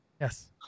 Yes